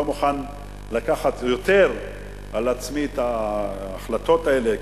מוכן יותר לקחת על עצמו את ההחלטות האלה,